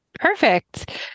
Perfect